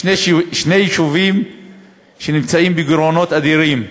שני יישובים שנמצאים בגירעונות אדירים,